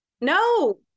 no